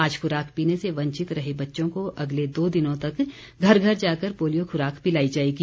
आज खुराक पीने से वंचित रहे बच्चों को अगले दो दिनों तक घर घर जाकर पोलियो खुराक पिलाई जाएगी